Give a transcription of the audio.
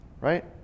right